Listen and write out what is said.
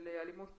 אלימות